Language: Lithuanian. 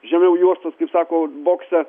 žemiau juostos sako bokse